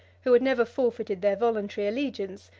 who had never forfeited their voluntary allegiance,